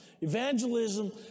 evangelism